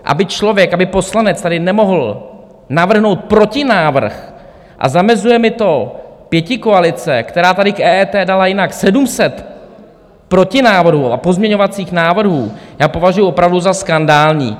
Aby člověk, aby poslanec tady nemohl navrhnout protinávrh, a zamezuje mi to pětikoalice, která tady k EET dala jinak 700 protinávrhů a pozměňovacích návrhů, já považuji opravdu za skandální.